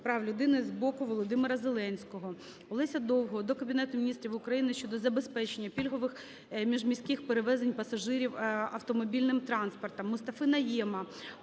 прав людини з боку Володимира Зеленського. Олеся Довгого до Кабінету Міністрів України щодо забезпечення пільгових міжміських перевезень пасажирів автомобільним транспортом. Мустафи Найєма